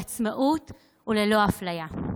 בעצמאות וללא אפליה.